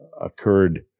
occurred